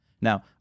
Now